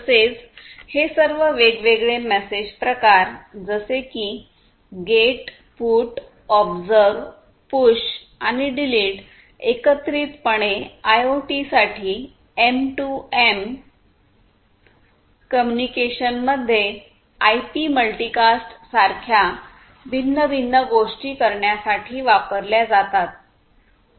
तसेच हे सर्व वेगवेगळे मेसेज प्रकार जसे की गेट पुट ऑब्सर्व्हपुश आणि डिलीट एकत्रितपणे आयओटीसाठी एमटूएम कम्युनिकेशन मध्ये आयपी मल्टीकास्ट सारख्या भिन्न भिन्न गोष्टी करण्यासाठी वापरल्या जातात